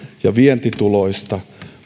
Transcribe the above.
ja vientituloista